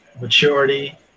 maturity